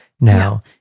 now